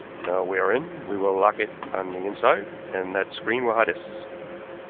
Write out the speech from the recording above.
now we are in, we will lock it on the inside, and that screen will hide us.